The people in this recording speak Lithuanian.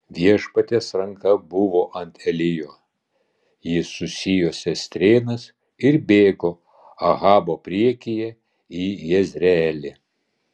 viešpaties ranka buvo ant elijo jis susijuosė strėnas ir bėgo ahabo priekyje į jezreelį